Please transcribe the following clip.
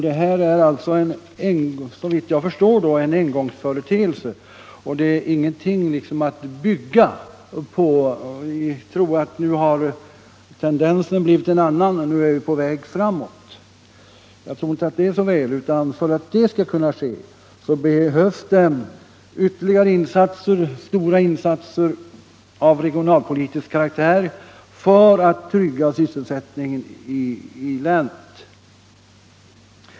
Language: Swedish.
Detta är såvitt jag förstår en engångsföreteelse och ingenting att bygga på i tron att tendensen nu har blivit en annan och att vi är på väg framåt. Jag tror inte att det är så väl. För att det skall kunna ske behövs det ytterligare stora insatser av regionalpolitisk karaktär för att trygga sysselsättningen i länet.